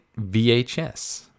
VHS